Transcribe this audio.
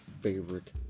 favorite